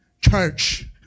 Church